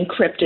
encrypted